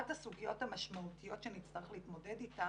ידעה ועדת הבחירות המרכזית וידע השופט להוביל את זה